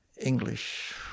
English